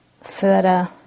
further